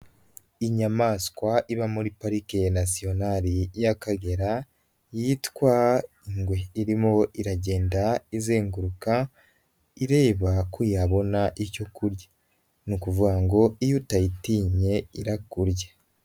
Inyamaswa iba muri parike ya nasiyonali y'Akagera, yitwa ingwe. Irimo iragenda izenguruka ireba ko yabona icyo kurya. Ni ukuvuga ngo iyo utayitinye irakurya.